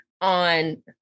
on